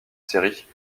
séries